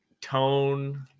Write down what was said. tone